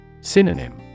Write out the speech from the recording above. Synonym